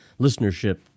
listenership